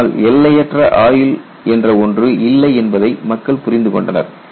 ஆனால் எல்லையற்ற ஆயுள் என்ற ஒன்று இல்லை என்பதை மக்கள் புரிந்து கொண்டனர்